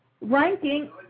ranking